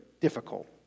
difficult